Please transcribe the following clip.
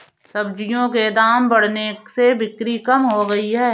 सब्जियों के दाम बढ़ने से बिक्री कम हो गयी है